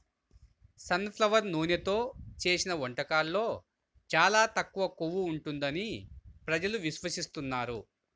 sun flower నూనెతో చేసిన వంటకాల్లో చాలా తక్కువ కొవ్వు ఉంటుంది ప్రజలు విశ్వసిస్తున్నారు